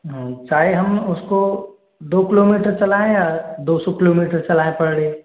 चाहे हम उसको दो किलोमीटर चलाएँ या दो सौ किलोमीटर चलाएँ पर डे